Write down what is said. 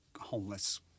homeless